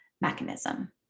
mechanism